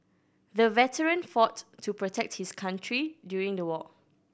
the veteran fought to protect his country during the war